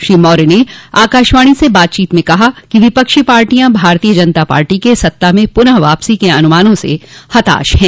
श्री मौर्य ने आकाशवाणी से बातचीत में कहा कि विपक्षी पार्टियां भारतीय जनता पाटी के सत्ता में पूनः वापसी के अनुमानों से हताश है